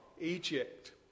Egypt